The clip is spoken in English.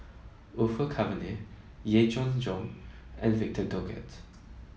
Orfeur Cavenagh Yee Jenn Jong and Victor Doggett